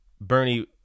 Bernie